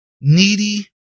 needy